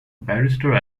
barrister